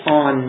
on